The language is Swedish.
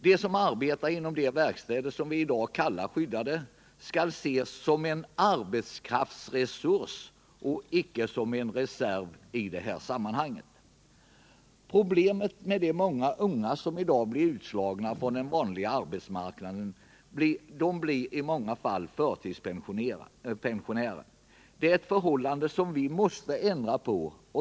De som arbetar i verkstäder som vi i dag kallar skyddade skall ses som en arbetskraftsresurs och icke som en reserv. De ungdomar som i dag blir utslagna från den vanliga arbetsmarknaden blir i många fall förtidspensionärer. Det är ett förhållande som vi måste ändra på.